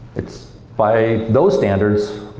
it's by those standards,